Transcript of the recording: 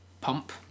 pump